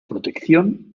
protección